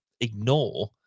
ignore